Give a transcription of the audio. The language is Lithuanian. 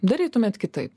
darytumėt kitaip